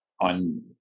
on